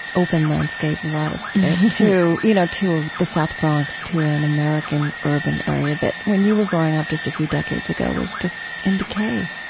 open landscape, a lot of, and to, you know, to the south bronx, to an american urban area that, when you were growing up just a few decades ago, was just in decay,